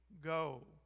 go